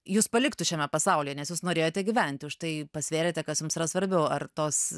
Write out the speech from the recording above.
jus paliktų šiame pasaulyje nes jūs norėjote gyventi už tai pasvėrėte kas jums yra svarbiau ar tos